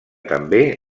també